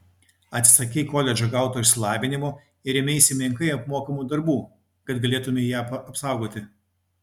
atsisakei koledže gauto išsilavinimo ir ėmeisi menkai apmokamų darbų kad galėtumei ją apsaugoti